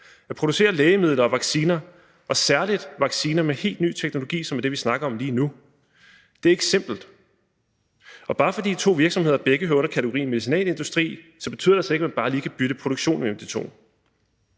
At producere lægemidler og vacciner, særlig vacciner med en helt ny teknologi, som er det, som vi snakker om lige nu, er ikke simpelt, og bare fordi to virksomheder begge hører under kategorien medicinalindustri, betyder det altså ikke, at man lige kan bytte produktion mellem de to.